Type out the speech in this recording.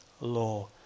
law